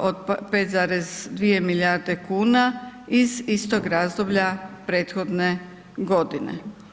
od 5,2 milijarde kuna iz istog razdoblja prethodne godine.